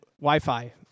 Wi-Fi